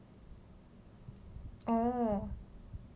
oh